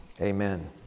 amen